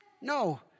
No